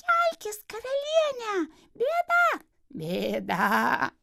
kelkis karaliene bėda bėda